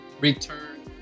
return